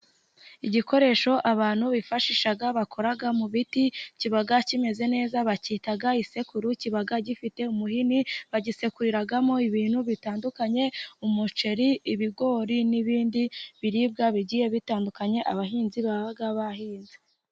Igikoresho abantu bifashisha bakora mu biti, kiba kimeze neza bacyita isekuru kiba gifite umuhini bagisekuriramo ibintu bitandukanye umuceri, ibigori n'ibindi biribwa bigiye bitandukanye abahinzi baba bahinze.